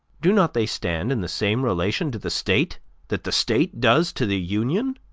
do not they stand in the same relation to the state that the state does to the union?